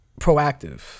proactive